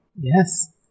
Yes